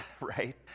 right